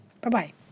Bye-bye